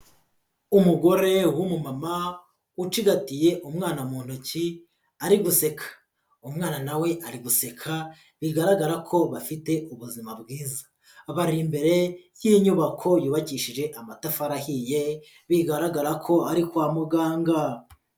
Umugore w'umumama, ucigatiye umwana mu ntoki, ari guseka, umwana nawe ari guseka, bigaragara ko bafite ubuzima bwiza, bari imbere y'inyubako yubakishije amatafari ahiye, bigaragara ko ari kwa muganga.